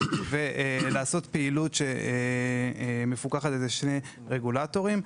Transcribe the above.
ולעשות פעילות שמפוקחת על ידי שני רגולטורים.